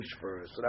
first